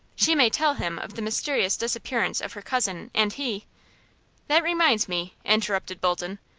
she may tell him of the mysterious disappearance of her cousin, and he that reminds me, interrupted bolton.